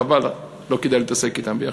חבל, לא כדאי להתעסק אתם ביחד.